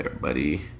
buddy